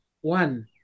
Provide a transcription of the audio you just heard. one